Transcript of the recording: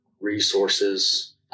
resources